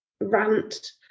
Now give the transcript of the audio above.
rant